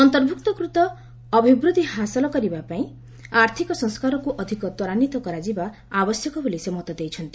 ଅନ୍ତର୍ଭୁକ୍ତିକୃତ ଅଭିବୃଦ୍ଧି ହାସଲ କରିବା ପାଇଁ ଆର୍ଥିକ ସଂସ୍କାରକୁ ଅଧିକ ତ୍ୱରାନ୍ୱିତ କରାଯିବା ଆବଶ୍ୟକ ବୋଲି ସେ ମତ ଦେଇଛନ୍ତି